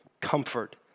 comfort